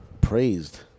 praised